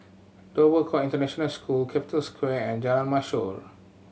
Dover Court International School Capital Square and Jalan Mashor